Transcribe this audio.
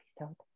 episode